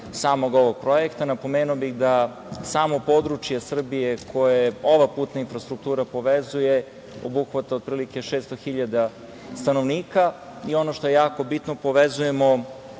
samog ovog projekta. Napomenuo bih da samo područje Srbije koje ova putna infrastruktura povezuje obuhvata otprilike 600.000 stanovnika. Ono što je jako bitno, povezujemo